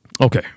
okay